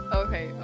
okay